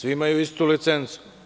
Svi imaju istu licencu.